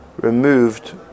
removed